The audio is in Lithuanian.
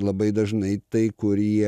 labai dažnai tai kurie